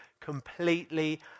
completely